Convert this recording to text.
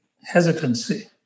hesitancy